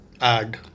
add